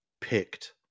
picked